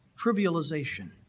trivialization